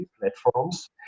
platforms